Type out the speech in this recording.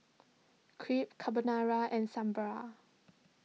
Crepe Carbonara and Sambar